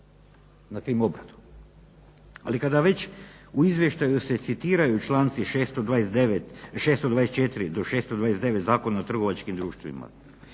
na krim obradu. Ali kada već u izvještaju se citiraju članci 624. do 629. Zakona o trgovačkim društvima